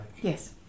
Yes